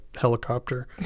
helicopter